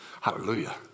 Hallelujah